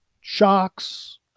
shocks